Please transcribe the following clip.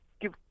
give